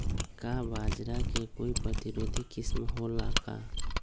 का बाजरा के कोई प्रतिरोधी किस्म हो ला का?